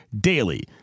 DAILY